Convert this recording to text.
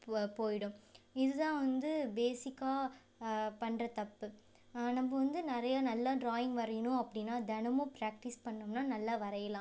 போ போயிடும் இது தான் வந்து பேசிக்கா பண்ணுற தப்பு நம்ம வந்து நிறையா நல்லா ட்ராயிங் வரையணும் அப்படினா தினமும் ப்ராக்ட்டிஸ் பண்ணோம்னா நல்லா வரையலாம்